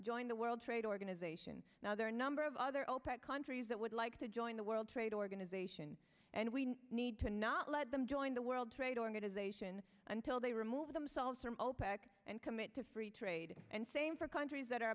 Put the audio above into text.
join the world trade organization now there are a number of other opec countries that would like to join the world trade organization and we need to not let them join the world trade or going to they sion until they remove themselves from opec and commit to free trade and same for countries that are